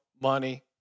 money